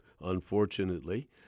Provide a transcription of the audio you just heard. unfortunately